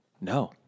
No